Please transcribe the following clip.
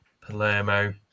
Palermo